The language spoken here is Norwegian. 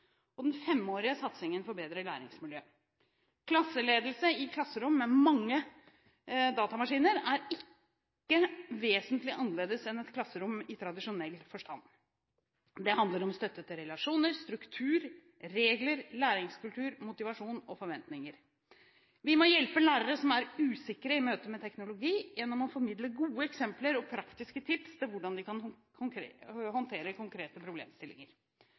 klasseledelse den femårige satsingen for Bedre læringsmiljø. Klasseledelse i klasserom med mange datamaskiner er ikke vesentlig annerledes enn et klasserom i tradisjonell forstand. Det handler om støttende relasjoner, struktur, regler, læringskultur, motivasjon og forventninger. Vi må hjelpe lærere som er usikre i møte med teknologi, gjennom å formidle gode eksempler og praktiske tips til hvordan de kan håndtere konkrete problemstillinger.